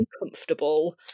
uncomfortable